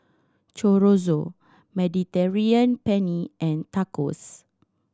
Chorizo Mediterranean Penne and Tacos